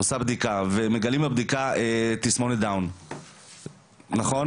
ומגלים בבדיקה תסמונת דאון, נכון?